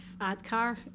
ADCAR